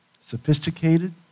sophisticated